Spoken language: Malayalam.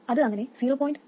അത് അങ്ങനെ 0